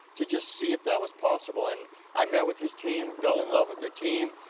to just see if that was possible and i met with his team, fell in love with their team,